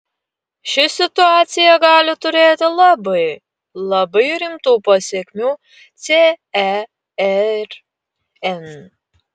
ši situacija gali turėti labai labai rimtų pasekmių cern